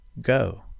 Go